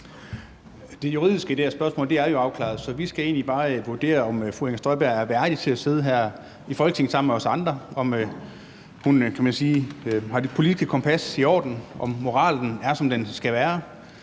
Det juridiske i det her spørgsmål er jo afklaret, så vi skal egentlig bare vurdere, om fru Inger Støjberg er værdig til at sidde her i Folketinget sammen med os andre, om hun, kan man sige, har det politiske kompas i orden, og om moralen er, som den skal være.